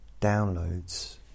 downloads